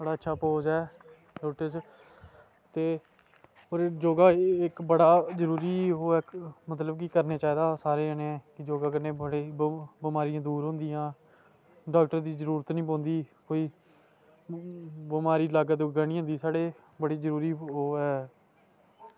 बड़ा अच्छा पोज़ ऐ लोट्स ते एह् इक्क बड़ा जरूरी ऐ ओह् इक्क मतलब कि करना चाहिदा सारें जनें योगा कन्नै थोह्ड़ी बमारियां दूर होंदियां डॉक्टर दी जरूरत निं पौंदी कोई बमारी लागै निं आंदी साढ़े बड़ी जरूरी ओह् ऐ